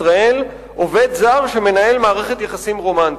עובד זר שמנהל מערכת יחסים רומנטית.